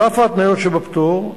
על אף ההתניות שבפטור,